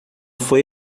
foi